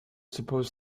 suppose